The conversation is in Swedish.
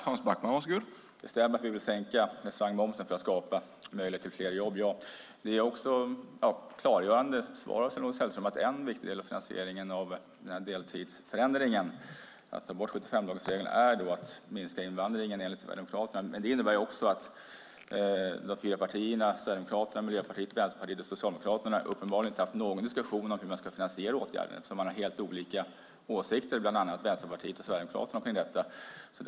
Herr talman! Det stämmer att vi vill sänka restaurangmomsen för att skapa möjlighet till fler jobb. Det var ett klargörande svar av Sven-Olof Sällström att en viktig del av finansieringen av deltidsförändringen, att ta bort 75-dagarsregeln, är att minska invandringen. Det innebär att de fyra partierna Sverigedemokraterna, Miljöpartiet, Vänsterpartiet och Socialdemokraterna uppenbarligen inte har haft någon diskussion om hur man ska finansiera åtgärden. Bland annat har Vänsterpartiet och Sverigedemokraterna helt olika åsikter.